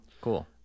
cool